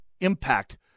impact